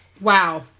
Wow